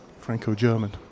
Franco-German